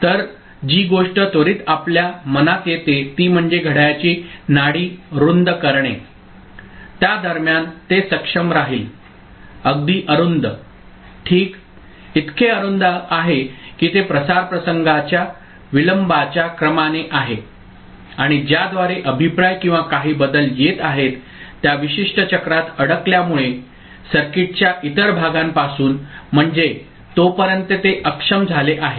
तर जी गोष्ट त्वरित आपल्या मनात येते ती म्हणजे घड्याळाची नाडी रुंद करणे त्या दरम्यान ते सक्षम राहील अगदी अरुंद ठीक इतके अरुंद आहे की ते प्रसार प्रसंगाच्या विलंबाच्या क्रमाने आहे आणि ज्याद्वारे अभिप्राय किंवा काही बदल येत आहेत त्या विशिष्ट चक्रात अडकल्यामुळे सर्किटच्या इतर भागापासून म्हणजे तोपर्यंत ते अक्षम झाले आहे